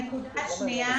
הנקודה השנייה,